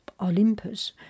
Olympus